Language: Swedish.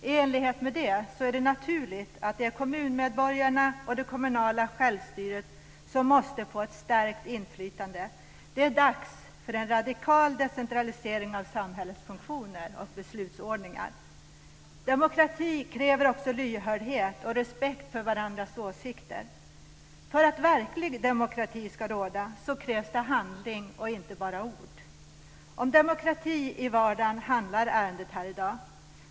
I enlighet med det är det naturligt att kommunmedborgarna och det kommunala självstyret måste få ett stärkt inflytande. Det är dags för en radikal decentralisering av samhällets funktioner och beslutordningar. Demokrati kräver också lyhördhet och att vi har respekt för varandras åsikter. För att verklig demokrati ska råda krävs det handling och inte bara ord. Om demokrati i vardagen handlar ärendet här i dag.